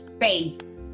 faith